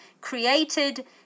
created